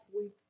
week